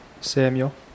Samuel